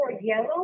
yellow